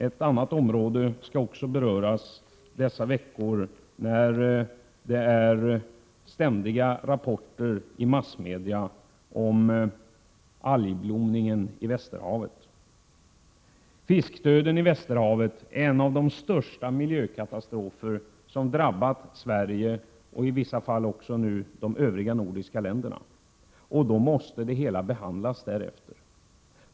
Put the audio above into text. Ett annat område skall också beröras dessa veckor då vi får ständiga rapporter i massmedia om algblomningen i Västerhavet. Fiskdöden i Västerhavet är en av de största miljökatastrofer som drabbat Sverige. Den har också drabbat en del av de övriga nordiska länderna. Då måste ärendet behandlas därefter.